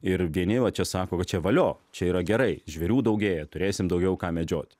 ir vieni va čia sako kad čia valio čia yra gerai žvėrių daugėja turėsim daugiau ką medžiot